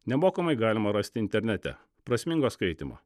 nemokamai galima rasti internete prasmingo skaitymo